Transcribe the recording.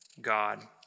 God